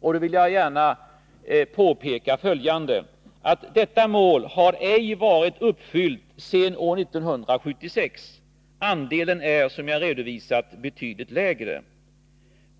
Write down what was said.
Jag vill gärna påpeka att det målet ej varit uppfyllt sedan år 1976. Andelen är, som jag redovisat, betydligt lägre.